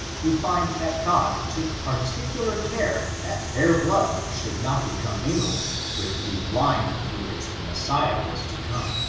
we find that god took partic ular care that their blood should not become mingled with the line through which the messiah was to come.